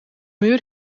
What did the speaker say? muur